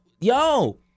yo